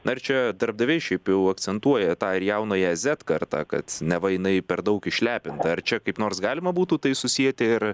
ar čia darbdaviai šiaip jau akcentuoja tą ir jaunąją zet kartą kad neva jinai per daug išlepinta ar čia kaip nors galima būtų tai susieti ir